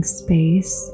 space